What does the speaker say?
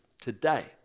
today